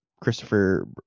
Christopher